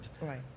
Right